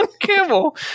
Campbell